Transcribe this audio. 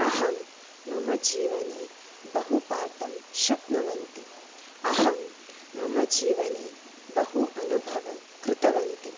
अहं मम जीवने बहुपाठं शक्नुवन्ति अहं मम जीवने बहु अनुभवं कृतवती